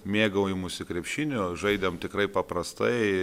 mėgaujamasi krepšiniu žaidėm tikrai paprastai